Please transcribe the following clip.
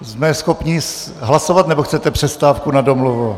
Jsme schopni hlasovat, nebo chcete přestávku na domluvu?